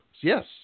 Yes